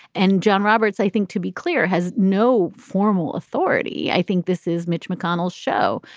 and john roberts, i think, to be clear, has no formal authority. i think this is mitch mcconnell's show.